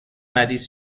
مریض